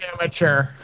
Amateur